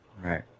right